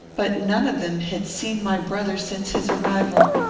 but none of them had seen my brother since his arrival.